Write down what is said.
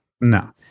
No